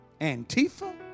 Antifa